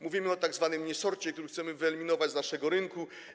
Mówimy o tzw. niesorcie, który chcemy wyeliminować z naszego rynku.